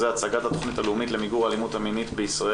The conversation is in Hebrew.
הצגת התכנית הלאומית למיגור האלימות המינית בישראל